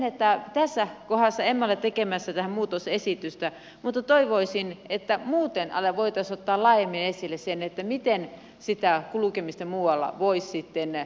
tässä kohdassa emme ole tekemässä tähän muutosesitystä mutta toivoisin että muuten voitaisiin ottaa laajemmin esille se miten sitä kulkemista muualla voisi sitten kohtuuhinnallistaa